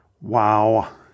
Wow